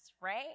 right